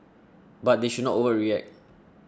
but they should not overreact